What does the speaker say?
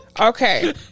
Okay